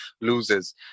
loses